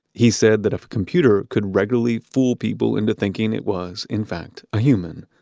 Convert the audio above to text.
he said that if a computer could regularly fool people into thinking it was in fact a human,